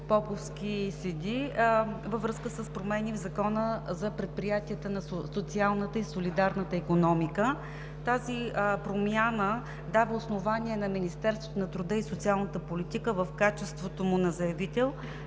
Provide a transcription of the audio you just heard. Поповски и Сиди във връзка с промени в Закона за предприятията на социалната и солидарна икономика. Тази промяна дава основание на Министерството на труда и социалната политика в качеството му на заявител